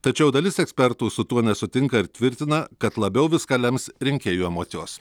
tačiau dalis ekspertų su tuo nesutinka ir tvirtina kad labiau viską lems rinkėjų emocijos